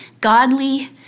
godly